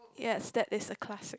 yes that is a classic